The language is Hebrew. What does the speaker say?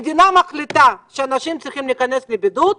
המדינה מחליטה שאנשים צריכים להיכנס לבידוד,